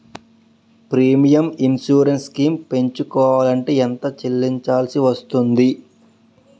Premium insurance schemes ఎంచుకోవలంటే ఎంత చల్లించాల్సివస్తుంది??